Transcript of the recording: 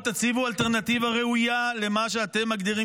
האופוזיציה היחידה מאז 7 באוקטובר,